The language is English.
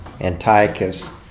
Antiochus